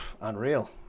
unreal